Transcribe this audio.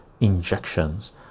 injections